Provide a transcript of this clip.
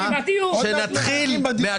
נתחיל עם